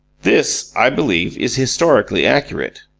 this, i believe, is historically accurate.